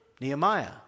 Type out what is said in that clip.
Nehemiah